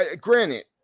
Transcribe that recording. granted